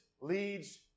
leads